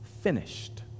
finished